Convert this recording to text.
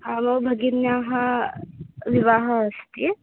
आं भगिन्याः विवाहः अस्ति